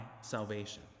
salvation